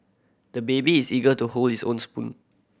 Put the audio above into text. the baby is eager to hold his own spoon